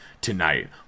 tonight